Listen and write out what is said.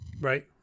right